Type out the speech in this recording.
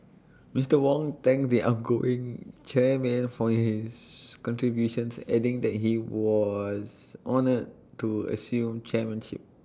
Mister Wong thanked the outgoing chairman for his contributions adding that he was honoured to assume chairmanship